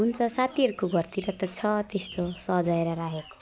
हुन्छ साथीहरूको घरतिर त छ त्यस्तो सजाएर राखेको